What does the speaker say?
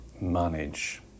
manage